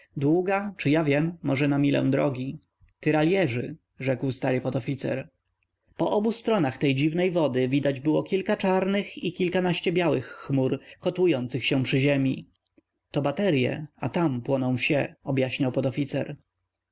długa czy ja wiem może na milę drogi tyralierzy rzekł stary podoficer po obu stronach tej dziwnej wody widać było kilka czarnych i kilkanaście białych chmur kotłujących się przy ziemi to baterye a tam płoną wsie objaśniał podoficer